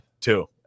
Two